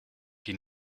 die